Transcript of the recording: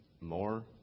more